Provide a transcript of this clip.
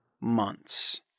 months